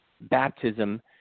baptism